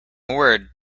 word